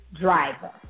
driver